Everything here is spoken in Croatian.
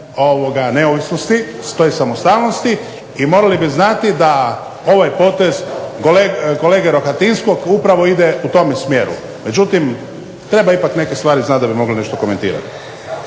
neovisnosti, svoje samostalnosti i morali bi znati da ovaj potez kolege Rohatinskog upravo ide u tome smjeru. Međutim, treba ipak neke stvari znati da bi mogli nešto komentirati.